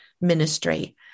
ministry